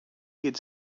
had